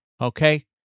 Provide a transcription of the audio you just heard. Okay